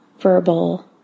verbal